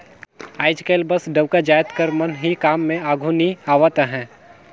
आएज काएल बस डउका जाएत कर मन ही काम में आघु नी आवत अहें